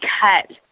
cut